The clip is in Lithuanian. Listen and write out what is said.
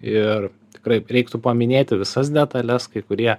ir tikrai reiktų paminėti visas detales kai kurie